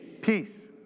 Peace